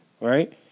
right